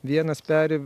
vienas peri